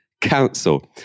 Council